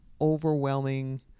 overwhelming